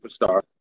superstar